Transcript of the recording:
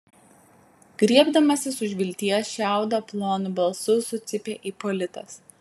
griebdamasis už vilties šiaudo plonu balsu sucypė ipolitas